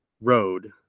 road